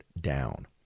down